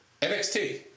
NXT